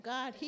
God